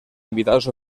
invitados